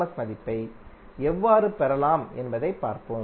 S மதிப்பை எவ்வாறு பெறலாம் என்பதைப் பார்ப்போம்